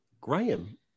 Graham